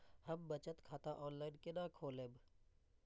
हम बचत खाता ऑनलाइन केना खोलैब?